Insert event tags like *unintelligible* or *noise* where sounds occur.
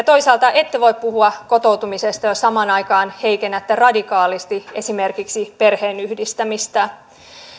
*unintelligible* toisaalta ette voi puhua kotoutumisesta jos samaan aikaan heikennätte radikaalisti esimerkiksi perheenyhdistämistä